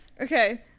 Okay